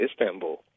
Istanbul